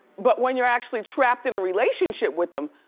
but when you're actually trapped in a relationship with them.